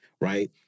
right